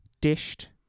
dished